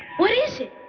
what is it?